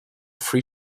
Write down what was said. free